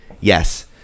Yes